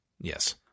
Yes